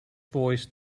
voice